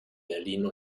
berlin